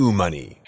money